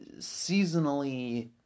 seasonally